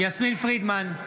יסמין פרידמן,